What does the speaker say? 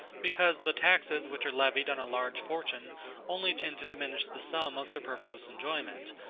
because the taxes which are levied on a large fortune only tend to diminish the sum of superfluous enjoyment,